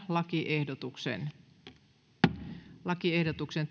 lakiehdotuksesta lakiehdotuksesta